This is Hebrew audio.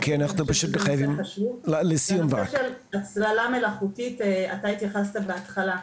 בקשר להצללה מלאכותית, אתה התייחסת בהתחלה.